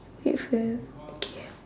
wait first okay